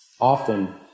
Often